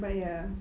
but ya